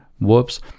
Whoops